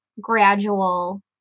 gradual